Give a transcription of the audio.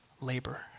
labor